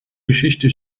geschichte